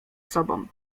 sobą